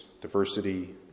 diversity